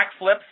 backflips